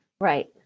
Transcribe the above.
Right